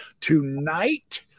tonight